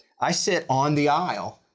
i sit on the aisle.